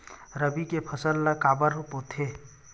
रबी के फसल ला काबर बोथे?